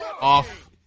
off